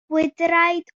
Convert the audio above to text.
gwydraid